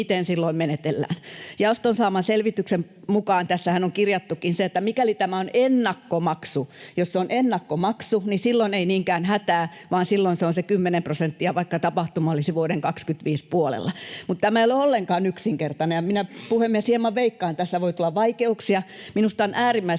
miten silloin menetellään. Jaoston saaman selvityksen mukaan tässähän on kirjattukin se, että mikäli tämä on ennakkomaksu — jos se on ennakkomaksu — niin silloin ei niinkään ole hätää, vaan silloin se on se 10 prosenttia, vaikka tapahtuma olisi vuoden 25 puolella. Mutta tämä ei ole ollenkaan yksinkertainen, ja minä, puhemies, hieman veikkaan, että tässä voi tulla vaikeuksia. Minusta on äärimmäisen